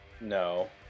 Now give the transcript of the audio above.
no